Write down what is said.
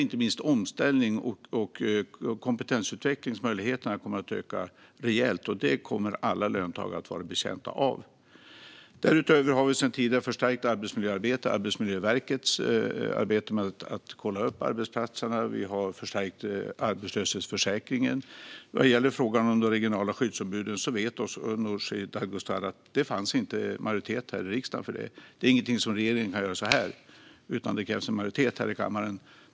Inte minst kommer omställnings och kompetensutvecklingsmöjligheterna att öka rejält. Det kommer alla löntagare att vara betjänta av. Därutöver har vi sedan tidigare förstärkt arbetsmiljöarbetet. Vi har förstärkt Arbetsmiljöverkets arbete med att kolla upp arbetsplatser. Vi har förstärkt arbetslöshetsförsäkringen. Vad gäller frågan om de regionala skyddsombuden vet Nooshi Dadgostar att det inte fanns majoritet i riksdagen för det. Det är ingenting som regeringen kan bestämma genom att bara knäppa med fingrarna, utan det krävs majoritet här i kammaren.